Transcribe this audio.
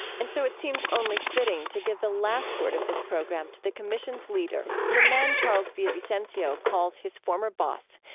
and so it seems only fitting to give the last word of this program to the commission's leader, the man charles villa-vicencio calls his former boss,